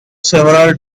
several